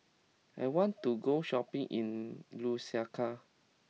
I want to go shopping in Lusaka